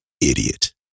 idiot